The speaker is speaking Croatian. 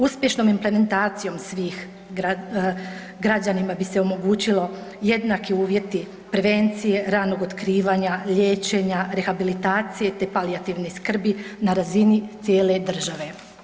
Uspješnom implementacijom svih građanima bi se omogućilo jednaki uvjeti prevencije, ranog otkrivanja, liječenja, rehabilitacije te palijativne skrbi na razini cijele države.